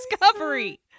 discovery